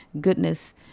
goodness